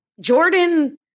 Jordan